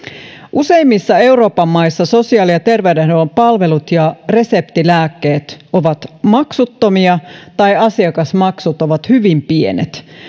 useimmissa euroopan maissa sosiaali ja terveydenhuollon palvelut ja reseptilääkkeet ovat maksuttomia tai asiakasmaksut ovat hyvin pienet